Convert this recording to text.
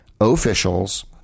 officials